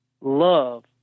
love